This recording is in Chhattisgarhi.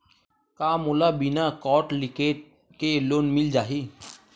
का मोला बिना कौंटलीकेट के लोन मिल जाही?